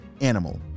Animal